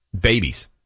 babies